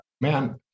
man